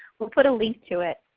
we'll put a link to it.